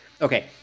okay